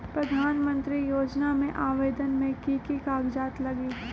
प्रधानमंत्री योजना में आवेदन मे की की कागज़ात लगी?